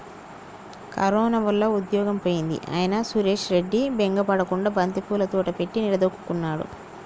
corona వల్ల ఉద్యోగం పోయింది అయినా సురేష్ రెడ్డి బెంగ పడకుండా బంతిపూల తోట పెట్టి నిలదొక్కుకున్నాడు